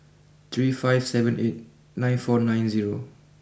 three five seven eight nine four nine zero